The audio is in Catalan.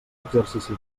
exercici